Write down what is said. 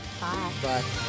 Bye